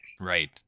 Right